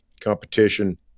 competition